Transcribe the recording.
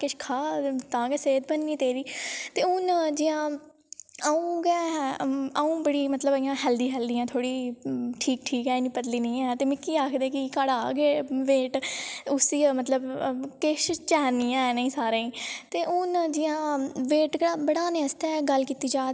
किश खा तां गै सेह्त बननी तेरी ते हून जियां अ'ऊं गै अ'ऊं बड़ी मतलब बड़ी हेल्दी हेल्दी आं थोह्ड़ी ठीक ठीक ऐ इन्नी पतली निं ऐ ते मिगी आखदे कि घटा गै वेट उसी मतलब ते किश चैन निं ऐ इ'नें सारें ई ते हून जियां वेट गै बढ़ाने आस्तै गल्ल कीती जा